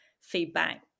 feedback